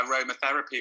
aromatherapy